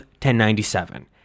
1097